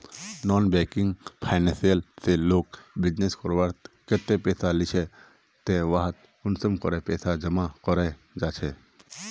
Non banking financial से लोग business करवार केते पैसा लिझे ते वहात कुंसम करे पैसा जमा करो जाहा?